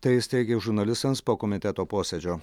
tai jis teigė žurnalistams po komiteto posėdžio